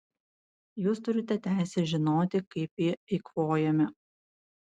jūs turite teisę žinoti kaip jie eikvojami